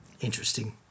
interesting